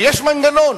ויש מנגנון,